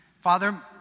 Father